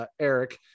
Eric